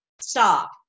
Stop